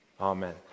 Amen